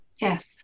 Yes